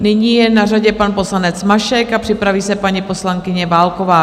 Nyní je na řadě pan poslanec Mašek a připraví se paní poslankyně Válková.